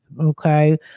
okay